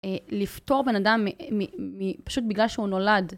לפטור בן אדם פשוט בגלל שהוא נולד.